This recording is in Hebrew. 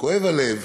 כואב הלב